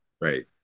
Right